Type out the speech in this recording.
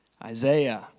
Isaiah